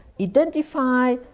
Identify